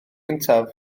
gyntaf